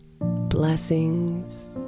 Blessings